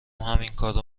همینکارو